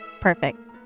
Perfect